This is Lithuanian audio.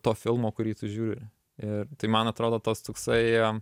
to filmo kurį tu žiūri ir tai man atrodo tas toksai